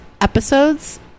episodes